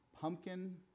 Pumpkin